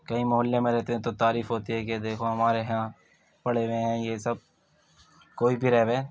كہیں محلّے میں رہتے ہیں تو تعریف ہوتی ہے کہ دیکھو ہمارے ہاں پڑھے ہوئے ہیں یہ سب کوئی بھی رہو